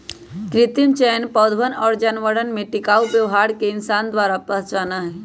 कृत्रिम चयन पौधवन और जानवरवन में टिकाऊ व्यवहार के इंसान द्वारा पहचाना हई